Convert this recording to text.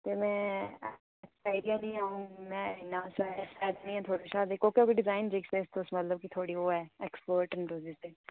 कोह्के कोह्के डिजाइन जेह्दे एक्सपट न थुआडे़ कश